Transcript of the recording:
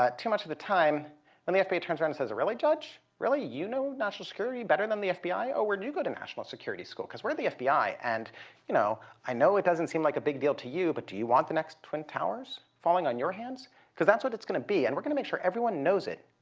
ah too much of the time and the fbi turns around and says, really, judge? really? you know national security better than the fbi? oh, where'd you go to national security school? because we're the fbi and you know i know it doesn't seem like a big deal to you, but do you want the next twin towers falling on your because that's what it's going to be and we're going to make sure everyone knows it